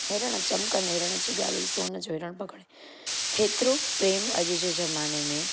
हिरण चिमकंदे हिरण जी ॻाल्हि हुई सोन जो हिरण पकिड़णु हेतिरो प्रेमु अॼु जे ज़माने में